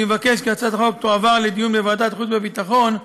אני מבקש כי הצעת החוק תועבר לדיון בוועדת החוץ והביטחון,